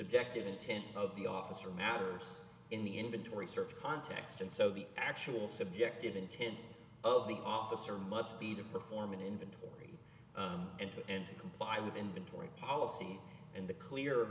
subjective intent of the officer matters in the inventory search context and so the actual subjective intent of the officer must be to perform an inventory and to and to comply with inventory policy and the clear